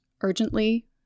urgently